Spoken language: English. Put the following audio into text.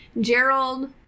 Gerald